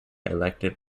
elected